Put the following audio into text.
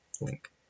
link